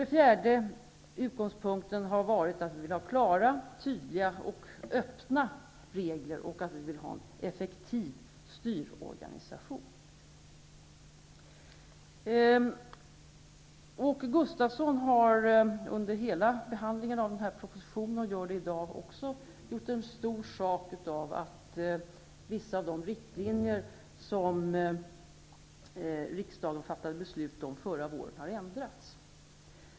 Den fjärde utgångspunkten har varit att vi velat ha klara, tydliga och öppna regler samt en effektiv styrorganisation. Åke Gustavsson har under hela behandlingen av denna proposition, och likaså i dag, gjort en stor sak av att vissa av de riktlinjer som riksdagen fattade beslut om förra året har ändrats.